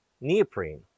neoprene